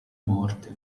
morte